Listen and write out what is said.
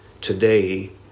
today